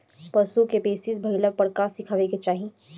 पशु क पेचिश भईला पर का खियावे के चाहीं?